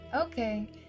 Okay